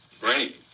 Great